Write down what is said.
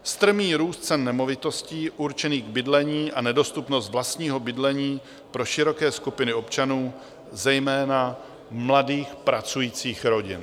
Strmý růst cen nemovitostí určených k bydlení a nedostupnost vlastního bydlení pro široké skupiny občanů, zejména mladých pracujících rodin.